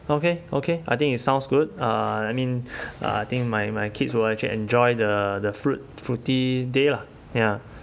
okay okay I think it sounds good uh I mean I think my my kids will actually enjoy the the fruit fruity day lah ya